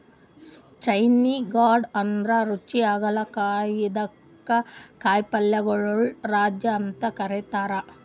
spiny gourd ಅಂದ್ರ ರುಚಿ ಹಾಗಲಕಾಯಿ ಇದಕ್ಕ್ ಕಾಯಿಪಲ್ಯಗೊಳ್ ರಾಜ ಅಂತ್ ಕರಿತಾರ್